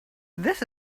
this